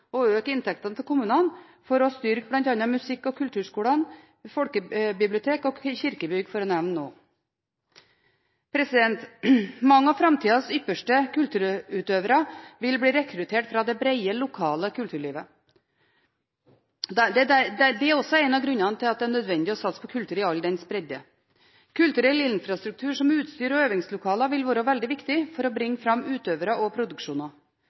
å øke inntektene til kommunene for å styrke bl.a. musikk- og kulturskolene, folkebibliotek og kirkebygg, for å nevne noe. Mange av framtidas ypperste kulturutøvere vil bli rekruttert fra det brede, lokale kulturlivet. Det er også en av grunnene til at det er nødvendig å satse på kultur i all dens bredde. Kulturell infrastruktur, som utstyr og øvingslokaler, vil være veldig viktig for å bringe fram utøvere og produksjoner.